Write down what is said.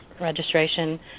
registration